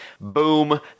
Boom